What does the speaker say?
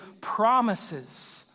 promises